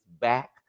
back